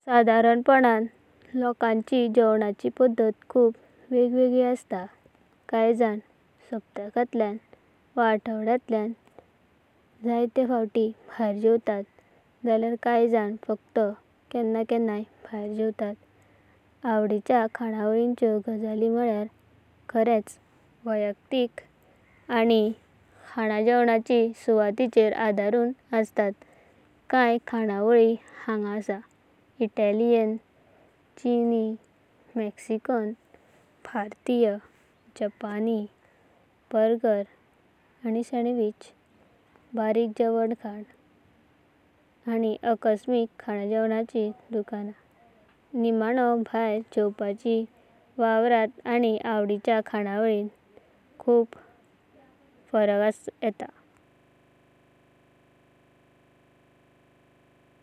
सदराणापणान मानसाच्या लग्नाच्या इच्छांचो अंकडो खूब विंगळ आसून येता। चडशा लोकांक सुमरा चारसे सहा लग्नांच्यो इच्छ आसतात। कन्ये जाणांक एक दोन लग्नांच्यो इच्छ इटले ऊणे आसू येतात। हेरान कडेन सात दास जानांचो वाढालो लग्नाचो इच्छ गाट आसून येता। लग्नाच्या इच्छांचो पिरायेंची गजाल म्हणल्यार, वंटून घेतिली आवड। जिने पद्धती आनी जिनेची आवस्था ह्या सारख्या घटकां प्रमाण ति वेगवेगळी आसून येता। जायत्या जानांचे लग्नाच्यो इच्छ स्वताच्या पिरायेंच्या कन्ये वर्सां भीतर आसतात। कन्ये जाणांक लग्नाच्यो इच्छ आसून येतात जे तांचे परसा लक्षणीय प्रमाणांत वाढा वा ल्हाण आसून येता। भुर्गेपणांतल्यान वढपणांत खान्याचेया पिरायेंत लग्नाची इच्छगटा तयार जावांक शकता।